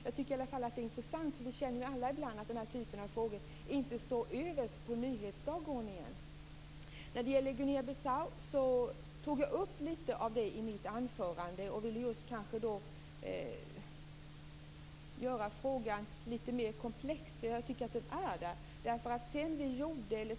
Det är intressant, därför att vi känner alla ibland att den typen av frågor inte står överst på nyhetsdagordningen. När det gäller Guinea-Bissau tog jag upp lite av det i mitt anförande och ville kanske göra frågan lite mer komplex, som jag tycker att den är.